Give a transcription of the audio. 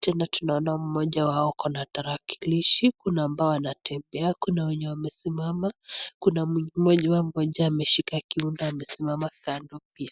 tena tunaona mmoja wao akona tarakilishi kuna ambao wanatembea kuna wenye wamesimama kuna mmoja ameshika kiuno amesimama kando pia .